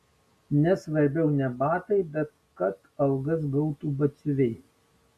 nes svarbiau ne batai bet kad algas gautų batsiuviai